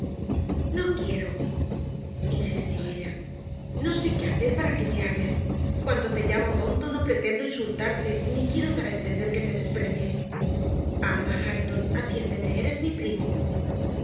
no quiero insistió ella no sé qué hacer para que me hables cuando te llamo tonto no pretendo insultarte ni quiero dar a entender que te desprecie anda hareton atiéndeme eres mi primo